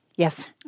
Yes